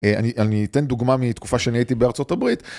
אני אתן דוגמה מתקופה שאני הייתי בארצות הברית.